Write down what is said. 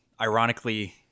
ironically